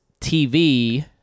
TV